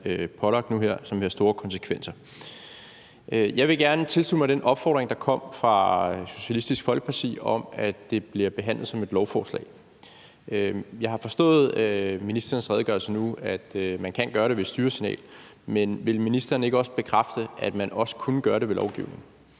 pålagt nu her, og som vil have store konsekvenser. Jeg vil gerne tilslutte mig den opfordring, der kom fra Socialistisk Folkeparti, om, at det bliver behandlet som et lovforslag. Jeg har forstået på ministerens redegørelse nu, at man kan gøre det ved et styresignal, men vil ministeren ikke bekræfte, at man også kunne gøre det ved lovgivning?